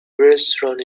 restaurant